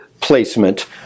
placement